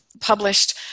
published